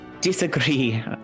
disagree